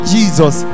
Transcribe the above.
Jesus